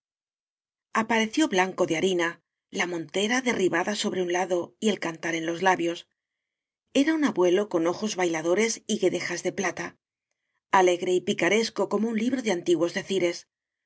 apareció blanco de harina la montera derribada sobre un lado y el cantar en los labios era un abuelo con ojos bailadores y guedejas de plata alegre y picaresco como un libro de antiguos decires